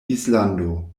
islando